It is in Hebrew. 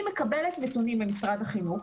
אני מקבלת נתונים ממשרד החינוך,